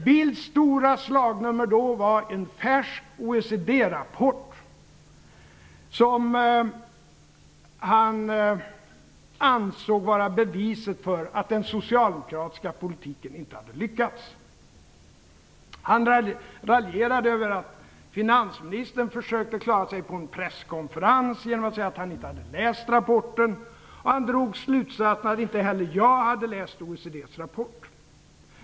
Bildts stora slagnummer då var en färsk OECD-rapport som han ansåg vara beviset för att den socialdemokratiska politiken inte hade lyckats. Han raljerade över att finansministern försökte att klara sig på en presskonferens genom att säga att han inte hade läst rapporten, och han drog slutsatsen att inte heller jag hade läst OECD:s rapport.